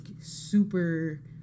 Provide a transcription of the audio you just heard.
super